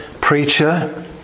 preacher